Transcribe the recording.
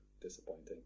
disappointing